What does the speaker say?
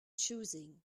choosing